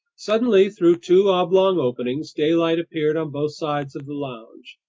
suddenly, through two oblong openings, daylight appeared on both sides of the lounge.